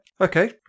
Okay